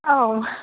औ